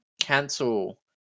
cancel